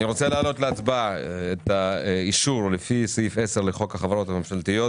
אני מעלה להצבעה את האישור לפי סעיף 10 לחוק החברות הממשלתיות,